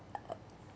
uh